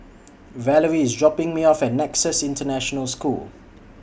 Valarie IS dropping Me off At Nexus International School